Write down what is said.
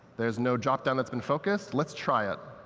there's no dropdown that's been focused. let's try it.